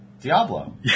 Diablo